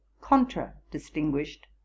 contra-distinguished